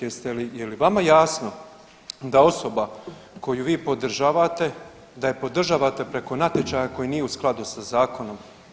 Je li vama jasno da osoba koju vi podržavate da je podržavate preko natječaja koji nije u skladu sa zakonom?